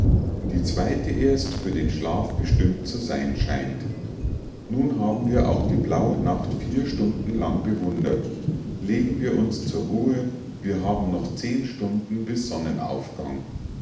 die zweite erst für den schlaf bestimmt zu sein scheint nun haben wir auch die blaue nacht vier stunden lang bewundert legen wir uns zur ruhe wir haben noch zehn stunden bis sonnenaufgang